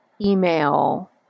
email